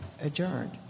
adjourned